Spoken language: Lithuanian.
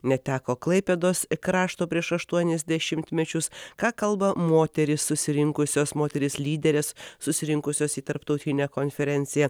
neteko klaipėdos krašto prieš aštuonis dešimtmečius ką kalba moterys susirinkusios moterys lyderės susirinkusios į tarptautinę konferenciją